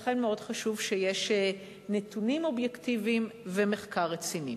לכן מאוד חשוב שיש נתונים אובייקטיביים ומחקר רציני.